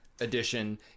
edition